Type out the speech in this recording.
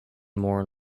more